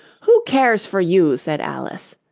who cares for you said alice,